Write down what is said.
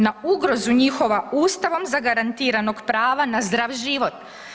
Na ugrozu njihova Ustavom zagarantiranog prava na zdrav život.